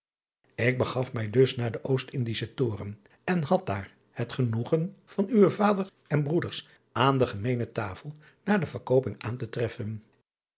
k begaf mij dus naar den ost ndischen oren en had daar het genoegen van uwen vader driaan oosjes zn et leven van illegonda uisman en broeders aan de gemeene tafel na de verkooping aan te treffen